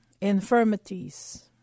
infirmities